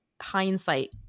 hindsight